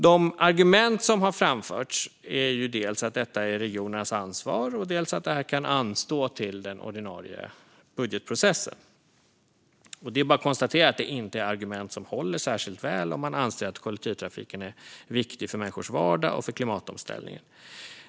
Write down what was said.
De argument som har framförts är dels att detta är regionernas ansvar och dels att det kan anstå till den ordinarie budgetprocessen. Det är bara att konstatera att det inte är argument som håller särskilt väl om man anser att kollektivtrafiken är viktig för människors vardag och för klimatomställningen.